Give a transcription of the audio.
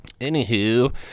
Anywho